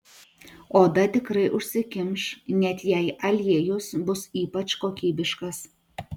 oda tikrai užsikimš net jei aliejus bus ypač kokybiškas